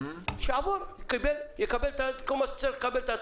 שיעבור ויקבל את כל ההטבות שצריך לקבל.